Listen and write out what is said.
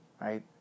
right